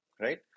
right